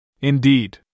Indeed